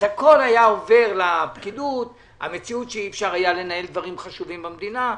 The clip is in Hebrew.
הכול היה עובר לפקידות ואי-אפשר היה לנהל דברים חשובים במדינה,